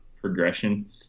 progression